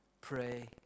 Pray